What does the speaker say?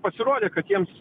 pasirodė kad jiems